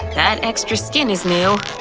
that extra skin is new,